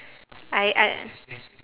I I